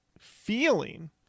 feeling